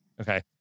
Okay